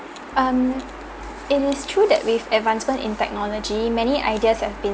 um it is true that with advancements in technology many ideas have been